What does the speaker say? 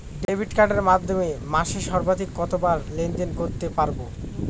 Debit কার্ডের মাধ্যমে মাসে সর্বাধিক কতবার লেনদেন করতে পারবো?